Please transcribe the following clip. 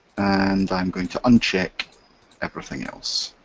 and i'm going to uncheck everything else.